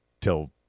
till